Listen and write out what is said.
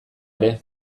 ere